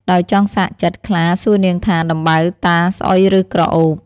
ដោយចង់សាកចិត្ត ខ្លាសួរនាងថាដំបៅតាស្អុយឬក្រអូប?